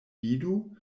vidu